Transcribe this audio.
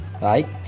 Right